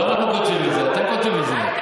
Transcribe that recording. לא אנחנו כותבים את זה, אתם כותבים את זה.